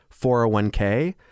401k